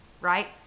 right